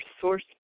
source